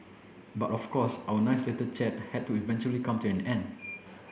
but of course our nice little chat had to eventually come to an end